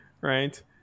right